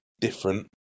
different